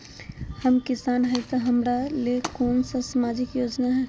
हम किसान हई तो हमरा ले कोन सा सामाजिक योजना है?